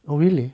oh really